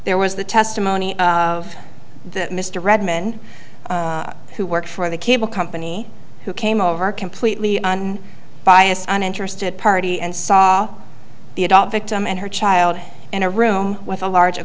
there was the testimony of that mr redmond who work for the cable company who came over completely on bias an interested party and saw the adopt victim and her child in a room with a large